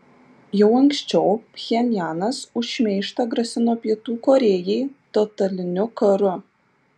jau anksčiau pchenjanas už šmeižtą grasino pietų korėjai totaliniu karu